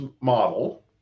model